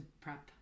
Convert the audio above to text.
prep